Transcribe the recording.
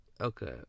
okay